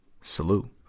Salute